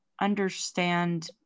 understand